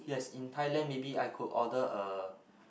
yes in Thailand maybe I could order a